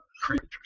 creatures